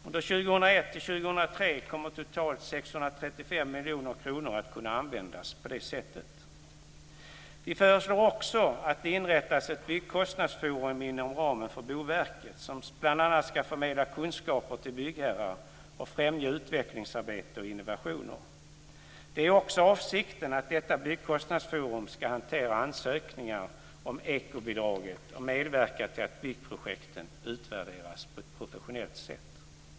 Under 2001-2003 kommer totalt 635 miljoner kronor att kunna användas på det sättet. Vi föreslår också att det inrättas ett byggkostnadsforum inom ramen för Boverket som bl.a. ska förmedla kunskaper till byggherrar och främja utvecklingsarbete och innovationer. Det är också avsikten att detta byggkostnadsforum ska hantera ansökningar om ekobidraget och medverka till att byggprojekten utvärderas på ett professionellt sätt.